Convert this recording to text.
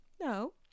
No